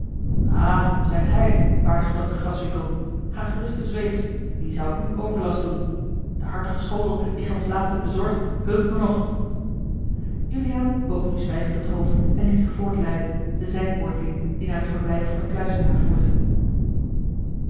zijt gij het waardige dokter graswinckel ga gerust uws weegs wie zou u overlast doen de hartige schotel dien gij ons laatst hebt bezorgd heugt me nog juliaan boog nu zwijgend het hoofd en liet zich voortleiden de zijpoort in die naar het verblijf van den kluizenaar voerde